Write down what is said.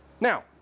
Now